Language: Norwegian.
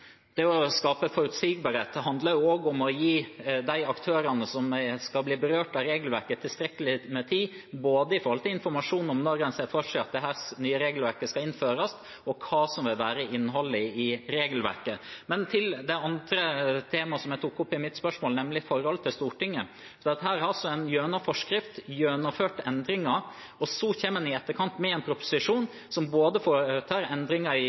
Det å skape forutsigbarhet handler også om å gi de aktørene som skal bli berørt av regelverket, tilstrekkelig med tid både i forhold til informasjon om når en ser for seg at dette nye regelverket skal innføres, og hva som vil være innholdet i regelverket. Men til det andre temaet som jeg tok opp i mitt spørsmål, nemlig forholdet til Stortinget. Her har en altså gjennom forskrift gjennomført endringer, og så kommer en i etterkant med en proposisjon som både har endringer i